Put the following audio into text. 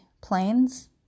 planes